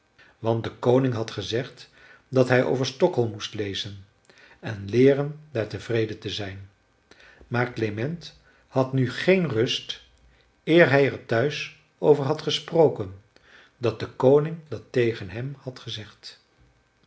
want de koning had gezegd dat hij over stockholm moest lezen en leeren daar tevreden te zijn maar klement had nu geen rust eer hij er thuis over had gesproken dat de koning dat tegen hem had gezegd